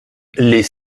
les